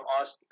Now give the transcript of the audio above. ask